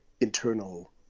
internal